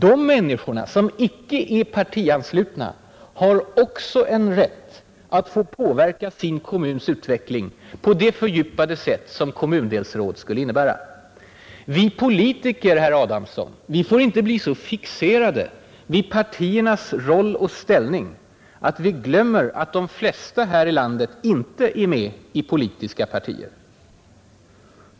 De människorna, som icke är partianslutna, har också en rätt att få påverka sin kommuns utveckling på det fördjupade sätt som införandet av kommundelsråd skulle innebära, Vi politiker, herr Adamsson, får inte bli så fixerade vid partiernas roll och ställning att vi glömmer att de flesta här i landet inte är med i politiska partier.